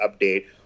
update